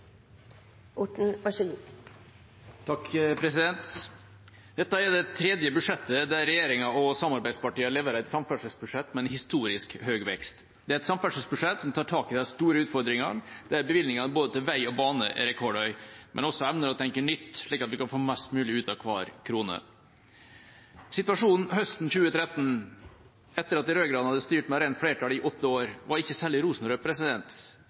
et samferdselsbudsjett med en historisk høy vekst. Det er et samferdselsbudsjett som tar tak i de store utfordringene, der bevilgningene både til vei og bane er rekordhøye, men der en også evner å tenke nytt, slik at vi kan få mest mulig ut av hver krone. Situasjonen høsten 2013, etter at de rød-grønne hadde styrt med rent flertall i åtte år, var ikke særlig